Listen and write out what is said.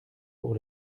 pour